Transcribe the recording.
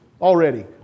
already